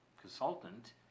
consultant